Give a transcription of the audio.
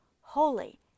holy